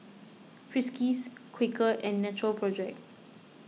Friskies Quaker and Natural Project